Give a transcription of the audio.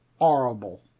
horrible